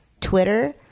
Twitter